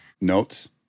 Notes